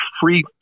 free